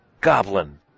goblin